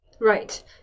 Right